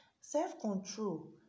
self-control